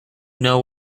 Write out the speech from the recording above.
know